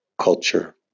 culture